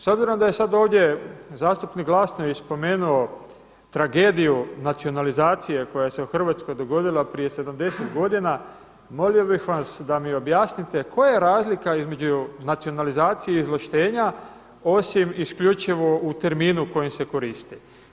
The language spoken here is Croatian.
S obzirom da je sada ovdje zastupnik Glasnović spomenuo tragediju nacionalizacije koja se u Hrvatskoj dogodila prije 70 godina, molio bih vas da mi objasnite koja je razlika između nacionalizacije izvlaštenja osim isključivo u terminu kojim se koristi.